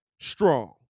strong